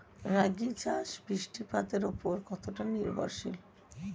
রাগী চাষ বৃষ্টিপাতের ওপর কতটা নির্ভরশীল?